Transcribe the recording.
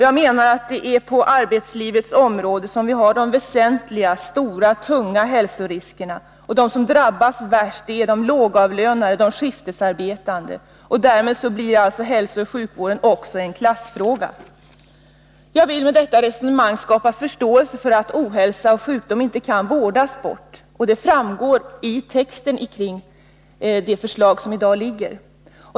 Jag menar att det är på arbetslivets område som vi har de väsentliga, stora, tunga hälsoriskerna. De som drabbas värst är de lågavlönade, de skiftarbetande. Därmed blir alltså hälsooch sjukvården också en klassfråga. Jag vill med detta resonemang skapa förståelse för uppfattningen att ohälsa och sjukdom inte kan vårdas bort. Detta framgår också av texten kring det förslag som i dag föreligger.